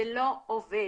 זה לא עובד.